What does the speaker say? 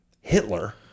Hitler